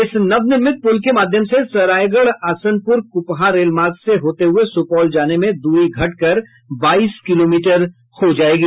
इस नवनिर्मित पुल के माध्यम से सरायगढ़ असनपुर कुपहा रेल मार्ग से होते हुए सुपौल जाने में दूरी घटकर बाईस किलोमीटर हो जायेगी